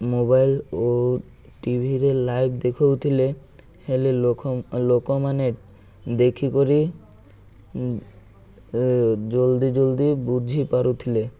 mobile ଓ ଟିଭିରେ live ଦେଖାଉଥିଲେ ହେଲେ ଲୋକ ଲୋକମାନେ ଦେଖି କରି ଜଲ୍ଦି ଜଲ୍ଦି ବୁଝିପାରୁଥିଲେ